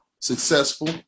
successful